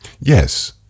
yes